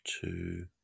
Two